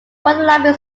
ptolemy